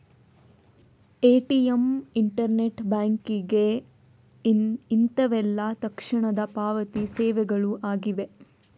ATM, internet banking ಇಂತವೆಲ್ಲ ತಕ್ಷಣದ ಪಾವತಿ ಸೇವೆಗಳು ಆಗಿವೆ